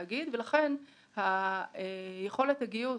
יכולת הגיוס